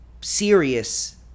serious